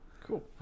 Cool